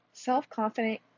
self-confident